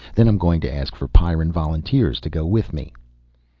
then i'm going to ask for pyrran volunteers to go with me.